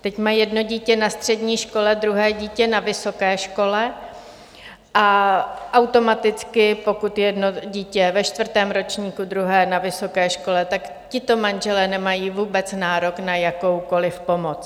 Teď mají jedno dítě na střední škole, druhé dítě na vysoké škole, a automaticky, pokud je jedno dítě ve čtvrtém ročníku, druhé na vysoké škole, tak tito manželé nemají vůbec nárok na jakoukoliv pomoc.